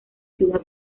ciudad